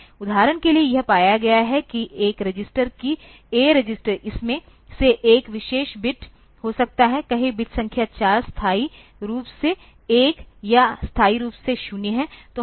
उदाहरण के लिए यह पाया गया है कि एक रजिस्टर किA रजिस्टर इसमें से एक विशेष बिट हो सकता है कहे बिट संख्या 4 स्थायी रूप से 1 या स्थायी रूप से 0 है तो हम उस बिट को बदल नहीं सकते हैं